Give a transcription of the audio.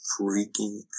freaking